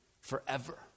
forever